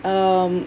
um